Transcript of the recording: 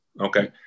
Okay